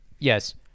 Yes